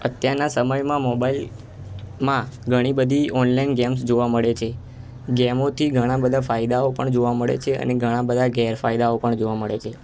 અત્યારના સમયમાં મોબાઈલમાં ઘણી બધી ગેમ્સ જોવા મળે છે ગેમોથી ઘણાબધા ફાયદાઓ પણ જોવા મળે છે અને ઘણાબધા ગેરફાયદાઓ પણ જોવા મળે છે